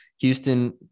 Houston